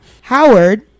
howard